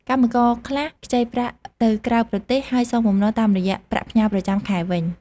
កម្មករខ្លះខ្ចីប្រាក់ទៅក្រៅប្រទេស ហើយសងបំណុលតាមរយៈប្រាក់ផ្ញើប្រចាំខែវិញ។